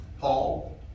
Paul